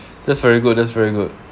that's very good that's very good